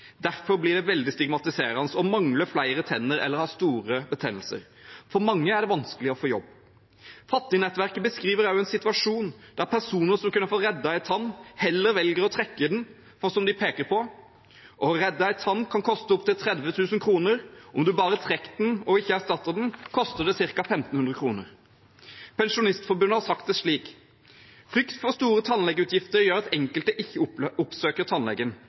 det blir derfor veldig stigmatiserende å mangle flere tenner eller ha store betennelser. For mange blir det vanskelig å få jobb.» Fattignettverket beskriver også en situasjon der personer som kunne fått reddet en tann, heller velger å trekke den. Som de peker på, kan det å redde en tann koste opptil 30 000 kr, men om en bare trekker den og ikke erstatter den, koster det ca. 1 500 kr. Pensjonistforbundet har sagt det slik: «Frykt for store tannlegeutgifter gjør at enkelte ikke oppsøker